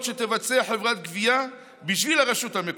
שתבצע חברת גבייה בשביל הרשות המקומית,